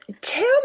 tell